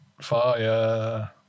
fire